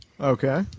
Okay